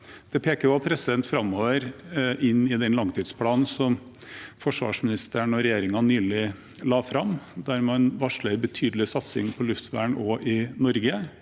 Det peker også framover, inn i den langtidsplanen forsvarsministeren og regjeringen nylig la fram, der man varsler en betydelig satsing på luftvern også i Norge.